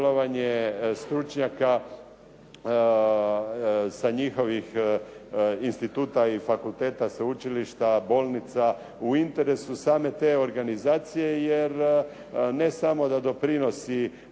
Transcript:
stručnjaka sa njihovih instituta i fakulteta sveučilišta, bolnica u interesu same te organizacije jer ne samo da doprinosi